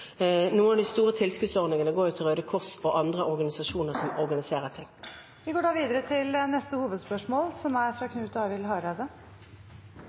Noen av de store tilskuddsordningene går til Røde Kors og andre organisasjoner. Vi går videre til neste hovedspørsmål. Kristeleg Folkepartis mål er